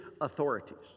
authorities